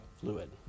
fluid